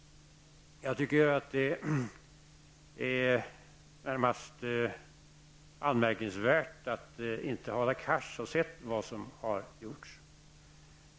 Det är närmast anmärkningsvärt att Hadar Cars inte har sett vad som har gjorts.